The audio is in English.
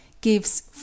gives